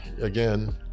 again